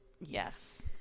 Yes